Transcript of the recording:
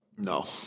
No